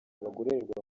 bagororerwa